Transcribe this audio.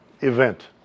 event